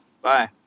Bye